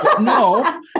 No